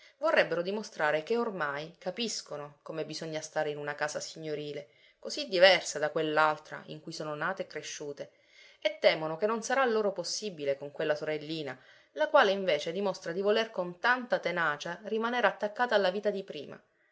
vorrebbero dimostrare che ormai capiscono come bisogna stare in una casa signorile così diversa da quell'altra in cui sono nate e cresciute e temono che non sarà loro possibile con quella sorellina la quale invece dimostra di voler con tanta tenacia rimanere attaccata alla vita di prima